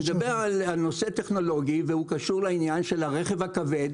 אני מדבר על נושא טכנולוגי שקשור לעניין של הרכב הכבד.